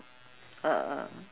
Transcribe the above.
uh